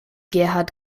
gerhard